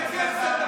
בפוליטיקאים?